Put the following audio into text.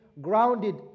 grounded